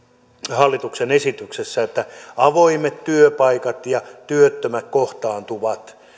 hallituksen esityksessä että avoimet työpaikat ja työttömät kohtaantuvat